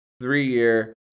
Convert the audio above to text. three-year